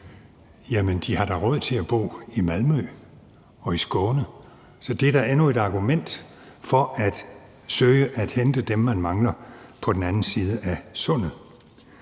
Jamen de har råd til at bo i Malmø og i Skåne, så det er da endnu et argument for at søge at hente dem, man mangler, på den anden side af Sundet.